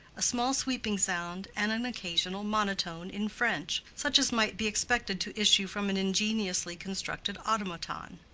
a small sweeping sound, and an occasional monotone in french, such as might be expected to issue from an ingeniously constructed automaton.